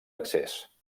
accés